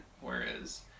whereas